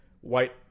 white